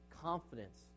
confidence